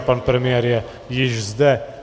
Pan premiér je již zde.